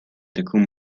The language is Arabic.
تكون